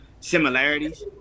similarities